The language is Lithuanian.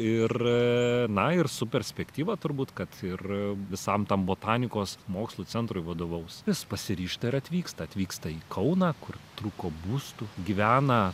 ir na ir su perspektyva turbūt kad ir visam tam botanikos mokslų centrui vadovaus jis pasiryžta ir atvyksta atvyksta į kauną kur trūko būstų gyvena